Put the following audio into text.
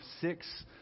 six